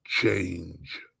change